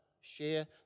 Share